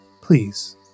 please